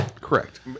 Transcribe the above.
correct